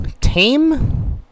tame